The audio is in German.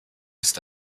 ist